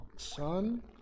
Son